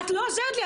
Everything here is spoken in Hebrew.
את לא עוזרת לי,